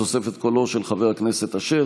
בתוספת קולו של חבר הכנסת אשר,